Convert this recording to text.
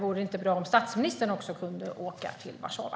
Vore det inte bra om statsministern också kunde åka till Warszawa?